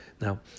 Now